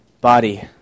body